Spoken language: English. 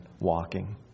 walking